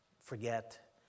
forget